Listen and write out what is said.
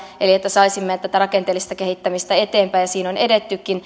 eli että saisimme tätä rakenteellista kehittämistä eteenpäin ja siinä on edettykin